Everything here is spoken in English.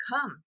Come